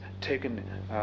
taken